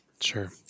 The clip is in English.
Sure